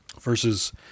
Versus